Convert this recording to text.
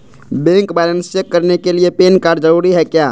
Bank balance check करने के लिए पैन कार्ड जरूरी है क्या?